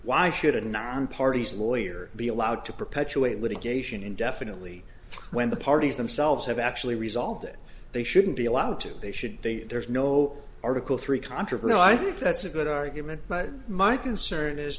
why should a non party's lawyer be allowed to perpetuate litigation indefinitely when the parties themselves have actually resolved it they shouldn't be allowed to they should they there's no article three controversy i think that's a good argument but my concern is